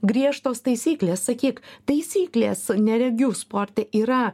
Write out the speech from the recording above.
griežtos taisyklės sakyk taisyklės neregių sporte yra